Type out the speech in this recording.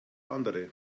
andere